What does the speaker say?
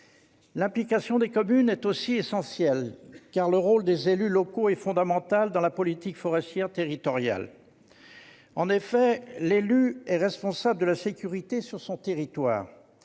L'implication des communes est aussi essentielle, le rôle des élus locaux étant fondamental dans la politique forestière territoriale. En effet, si le maire est responsable de la sécurité sur son territoire,